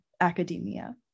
academia